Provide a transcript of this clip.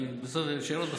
שאלות בסוף.